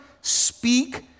speak